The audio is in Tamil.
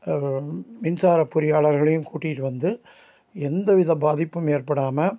மின்சார பொறியாளர்களையும் கூட்டிகிட்டு வந்து எந்த வித பாதிப்பும் ஏற்படாமல்